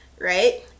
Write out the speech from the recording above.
right